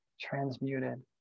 transmuted